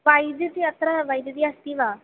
वैद्यस्य अत्र वैद्यकीय अस्ति वा